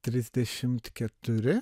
trisdešimt keturi